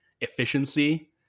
efficiency